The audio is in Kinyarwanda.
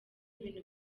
ibintu